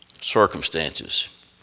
circumstances